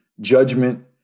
judgment